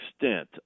extent